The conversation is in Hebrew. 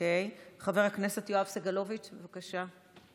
חבר הכנסת יואב סגלוביץ', בבקשה.